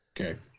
Okay